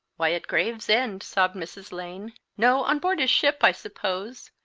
why, at gravesend, sobbed mrs. lane. no, on board his ship, i suppose.